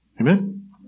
Amen